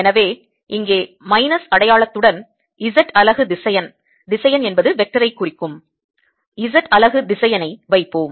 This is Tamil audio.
எனவே இங்கே மைனஸ் அடையாளத்துடன் Z அலகு திசையன் ஐ வைப்போம்